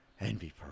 envy